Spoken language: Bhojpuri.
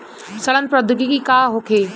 सड़न प्रधौगिकी का होखे?